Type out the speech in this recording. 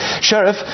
sheriff